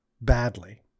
badly